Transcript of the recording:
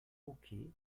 hockey